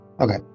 Okay